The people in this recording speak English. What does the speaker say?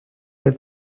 let